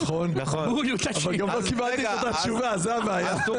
נכון, אבל גם לא קיבלתי את אותה תשובה זו הבעיה.